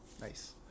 Nice